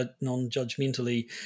non-judgmentally